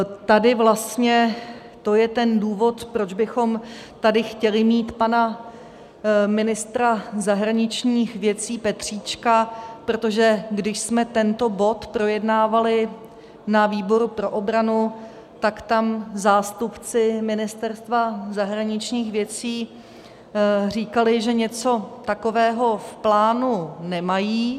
Tady vlastně to je ten důvod, proč bychom tady chtěli mít pana ministra zahraničních věcí Petříčka, protože když jsme tento bod projednávali na výboru pro obranu, tak tam zástupci Ministerstva zahraničních věcí říkali, že něco takového v plánu nemají.